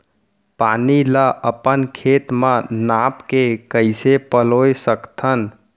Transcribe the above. पानी ला अपन खेत म नाप के कइसे पलोय सकथन?